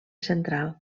central